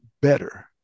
better